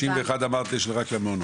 61 אמרת יש רק למעונות.